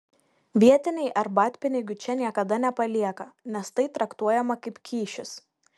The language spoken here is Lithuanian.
vietiniai arbatpinigių čia niekada nepalieka nes tai traktuojama kaip kyšis